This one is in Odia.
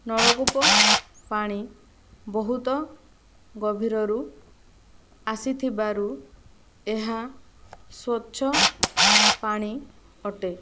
ନଳକୂପ ପାଣି ବହୁତ ଗଭୀରରୁ ଆସିଥିବାରୁ ଏହା ସ୍ୱଚ୍ଛ ପାଣି ଅଟେ